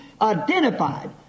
identified